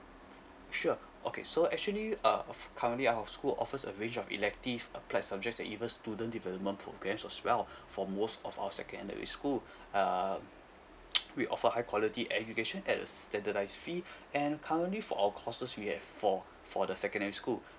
sure okay so actually uh of currently our school offers a range of elective applied subjects and even student development programs was well for most of our secondary school err we offer high quality education at a standardised fee and currently for our courses we have for for the secondary school